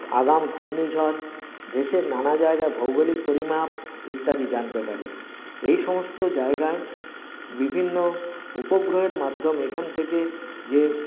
আগাম ঘূর্ণিঝড় দেশের নানা জায়গার ভৌগোলিক পরিমাপ ইত্যাদি জানতে পারি এই সমস্ত জায়গায় বিভিন্ন উপগ্রহের মাধ্যমে এখান থেকে যে